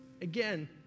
again